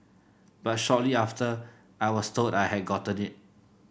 but shortly after I was told I had gotten it